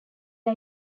are